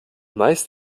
meist